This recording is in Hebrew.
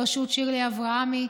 בראשות שירלי אברמי,